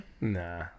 Nah